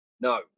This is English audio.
no